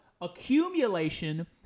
accumulation